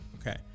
Okay